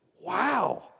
Wow